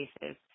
cases